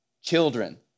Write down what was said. Children